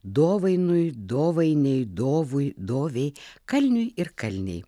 dovainui dovainei dovui dovei kalniui ir kalnei